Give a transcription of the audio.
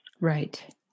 Right